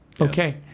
Okay